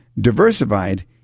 Diversified